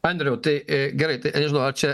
andriau tai gerai tai nežinau ar čia